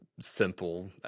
simple